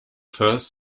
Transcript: first